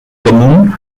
damunt